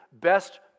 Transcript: best